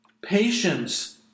patience